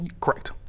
Correct